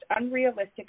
unrealistic